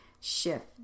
shift